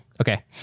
Okay